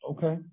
Okay